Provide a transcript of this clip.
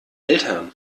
eltern